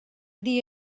dir